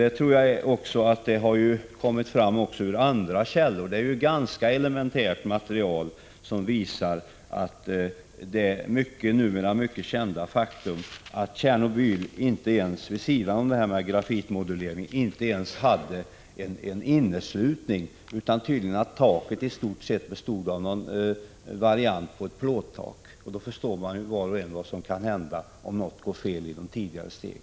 Det rätta sakförhållandet har ju kommit fram även från andra källor. Ett ganska elementärt material visar det numera kända faktumet att man i Tjernobyl vid sidan av grafitmoduleringar inte ens hade inneslutning. Tydligen bestod taket i stort sett av någon variant av ett plåttak. Då förstår var och en vad som kan hända om någonting går fel.